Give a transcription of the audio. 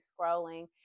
scrolling